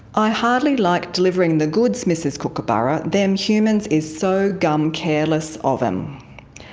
i hardly like delivering the goods, mrs kookaburra, them humans is so gum careless of em.